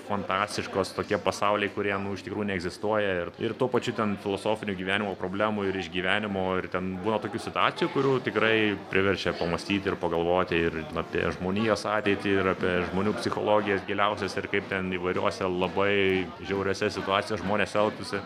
fantastiškos tokie pasauliai kurie iš tikrųjų neegzistuoja ir ir tuo pačiu ten filosofinio gyvenimo problemų ir išgyvenimų ir ten būna tokių situacijų kurių tikrai priverčia pamąstyti ir pagalvoti ir apie žmonijos ateitį ir apie žmonių psichologijas giliausias ir kaip ten įvairiose labai žiauriose situacija žmonės elgtųsi